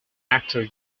actor